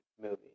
movie